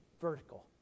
vertical